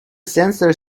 sensor